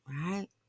right